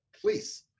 please